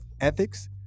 ethics